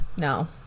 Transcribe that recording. No